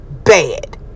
bad